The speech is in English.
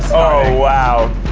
oh wow.